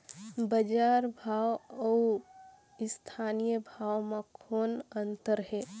बजार भाव अउ स्थानीय भाव म कौन अन्तर हे?